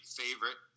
favorite